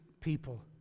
people